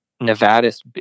nevada's